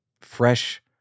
fresh